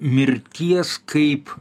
mirties kaip